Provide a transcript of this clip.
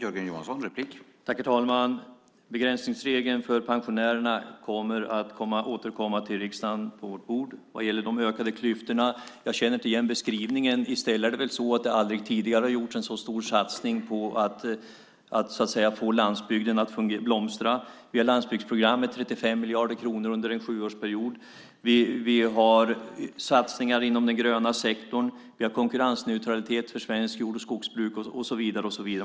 Herr talman! Begränsningsregeln för pensionärerna återkommer vi till. Den kommer att läggas på riksdagens bord. Vad gäller de ökade klyftorna känner jag inte igen beskrivningen. Aldrig tidigare har det väl gjorts en så stor satsning på att få landsbygden att blomstra. Vi har landsbygdsprogrammet - 35 miljarder kronor under en sjuårsperiod. Vi har satsningar inom den gröna sektorn. Vi har konkurrensneutralitet för svenskt jord och skogsbruk och så vidare.